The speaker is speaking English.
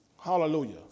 Hallelujah